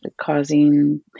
causing